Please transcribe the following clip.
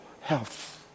health